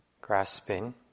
grasping